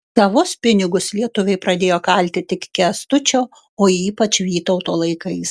savus pinigus lietuviai pradėjo kalti tik kęstučio o ypač vytauto laikais